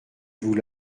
vous